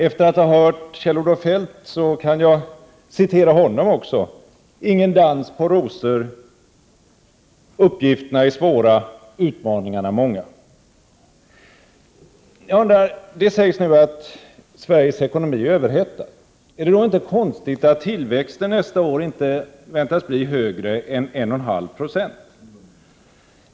Efter att ha hört Kjell-Olof Feldt kan jag referera honom också: Ingen dans på rosor, uppgifterna är svåra och utmaningarna är många. Det sägs nu att Sveriges ekonomi är överhettad. Är det då inte konstigt att tillväxten nästa år inte väntas bli större än 1,5 96?